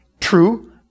True